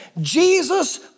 Jesus